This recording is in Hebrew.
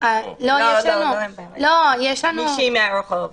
מישהי מהרחוב.